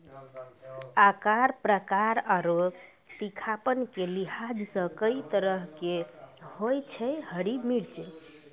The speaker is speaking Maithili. आकार, प्रकार आरो तीखापन के लिहाज सॅ कई तरह के होय छै हरी मिर्च